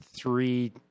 three